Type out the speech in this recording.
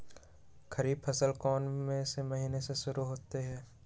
खरीफ फसल कौन में से महीने से शुरू होता है?